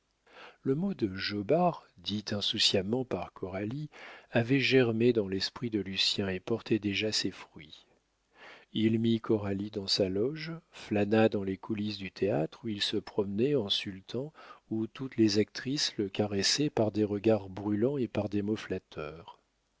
le mot de jobards dit insouciamment par coralie avait germé dans l'esprit de lucien et portait déjà ses fruits il mit coralie dans sa loge flâna dans les coulisses du théâtre où il se promenait en sultan où toutes les actrices le caressaient par des regards brûlants et par des mots flatteurs